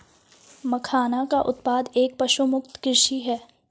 मखाना का उत्पादन एक पशुमुक्त कृषि है